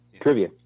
trivia